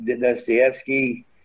Dostoevsky